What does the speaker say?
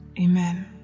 Amen